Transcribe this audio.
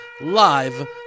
live